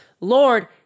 Lord